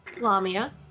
Lamia